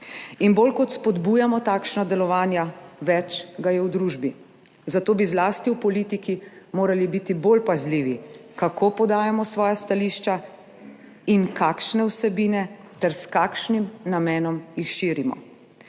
in bolj kot spodbujamo takšna delovanja, več je je v družbi, zato bi zlasti v politiki morali biti bolj pazljivi, kako podajamo svoja stališča in kakšne vsebine ter s kakšnim namenom jih širimo.